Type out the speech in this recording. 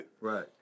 right